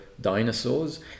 dinosaurs